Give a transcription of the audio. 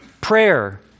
prayer